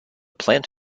plant